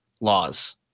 laws